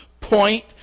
point